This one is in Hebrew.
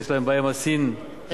יש להם בעיה עם השׂי"ן הימנית,